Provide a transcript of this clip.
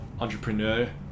entrepreneur